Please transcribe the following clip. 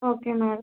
okay madam